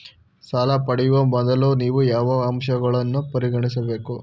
ಸಾಲ ಪಡೆಯುವ ಮೊದಲು ನೀವು ಯಾವ ಅಂಶಗಳನ್ನು ಪರಿಗಣಿಸಬೇಕು?